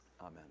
Amen